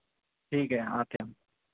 ठीक है आते हैं हम